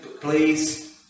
please